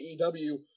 AEW